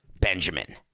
Benjamin